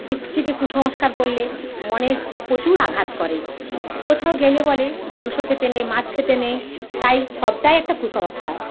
দিক থেকে কুসংস্কার বললে মনে প্রচুর আঘাত করে কোথাও গেলে বলে মাংস খেতে নেই মাছ খেতে নেই তাই সবটাই একটা কুসংস্কার